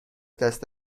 دست